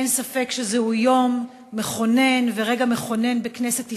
אין ספק שזהו יום מכונן ורגע מכונן בכנסת ישראל,